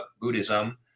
Buddhism